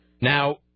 Now